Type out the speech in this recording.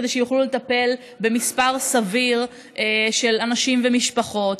כדי שיוכלו לטפל במספר סביר של אנשים ומשפחות,